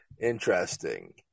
Interesting